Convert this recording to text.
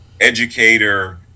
educator